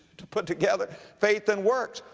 to put together faith and works.